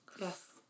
Yes